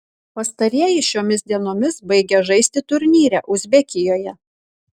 pastarieji šiomis dienomis baigia žaisti turnyre uzbekijoje